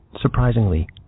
surprisingly